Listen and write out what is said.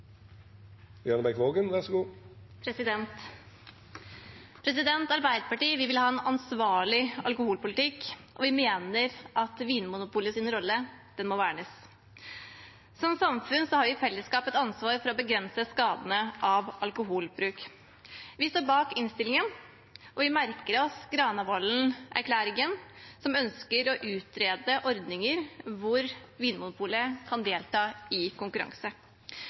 Arbeiderpartiet vil ha en ansvarlig alkoholpolitikk, og vi mener at Vinmonopolets rolle må vernes. Som samfunn har vi i fellesskap et ansvar for å begrense skadene av alkoholbruk. Vi står bak innstillingen, og vi merker oss Granavolden-erklæringen, som ønsker å utrede ordninger hvor Vinmonopolet kan delta i konkurranse.